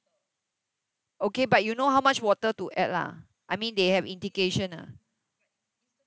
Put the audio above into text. okay but you know how much water to add lah I mean they have indication ah